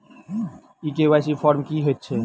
ई KYC form की हएत छै?